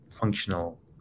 functional